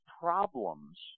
Problems